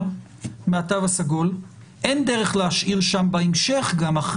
מהתו הסגול אין דרך להשאיר שם בהמשך גם,